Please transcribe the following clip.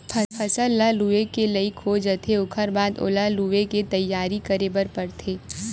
फसल ह लूए के लइक हो जाथे ओखर बाद ओला लुवे के तइयारी करे बर परथे